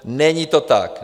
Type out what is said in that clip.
Není to tak.